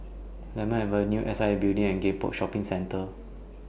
Lemon Avenue S I A Building and Gek Poh Shopping Centre